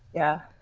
yeah.